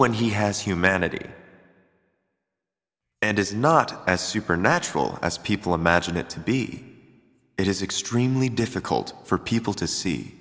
when he has humanity and is not as supernatural as people imagine it to be it is extremely difficult for people to see